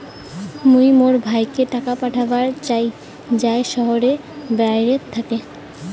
মুই মোর ভাইকে টাকা পাঠাবার চাই য়ায় শহরের বাহেরাত থাকি